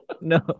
No